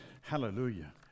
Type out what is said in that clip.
Hallelujah